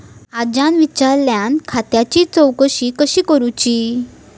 आज्यान विचारल्यान खात्याची चौकशी कशी करुची?